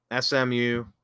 SMU